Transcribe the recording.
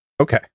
Okay